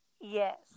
Yes